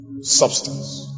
substance